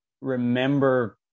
remember